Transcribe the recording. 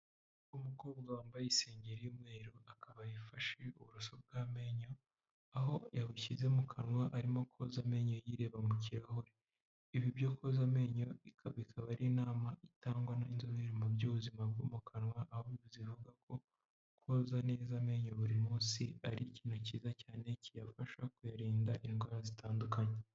Umukobwa wambaye isengeri y'umweru akaba yafashe uburoso bw'amenyo aho yashyize mu kanwa arimo koza amenyo yireba mu kirahure, ibi byo koza amenyoba ikaba ari inta itangwa n'inzobere mu by'ubuzima bwo mu kanwa abandi zivuga ko koza neza amenyo buri munsi ari ikintu cyiza cyane kiyafasha kuyarinda indwara zitandukanye.